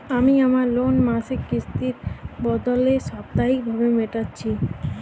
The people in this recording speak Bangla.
আমি আমার লোন মাসিক কিস্তির বদলে সাপ্তাহিক ভাবে মেটাচ্ছি